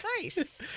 nice